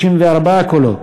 94 קולות.